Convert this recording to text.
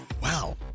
Wow